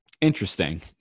interesting